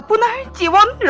but ninety one